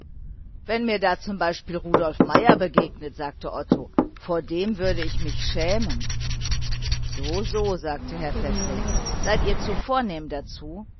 wenn mir da z b rudolf meier begegnete sagte otto vor dem würde ich mich schämen so so sagte herr pfäffling seid ihr zu vornehm dazu